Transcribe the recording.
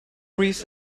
agrees